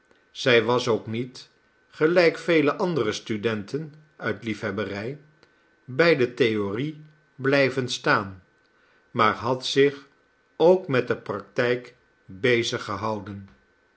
zij was ook niet gelijk vele andere studenten uit liefhebberij bij de theorie blijven staan maar had zich ook met de praktijk bezig gehouden